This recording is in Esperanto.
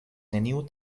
neniu